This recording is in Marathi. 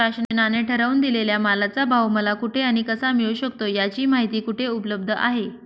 शासनाने ठरवून दिलेल्या मालाचा भाव मला कुठे आणि कसा मिळू शकतो? याची माहिती कुठे उपलब्ध आहे?